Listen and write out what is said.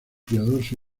piadoso